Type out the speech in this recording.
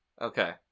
Okay